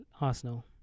Arsenal